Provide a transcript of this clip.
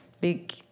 big